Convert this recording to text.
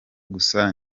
gusa